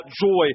joy